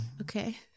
okay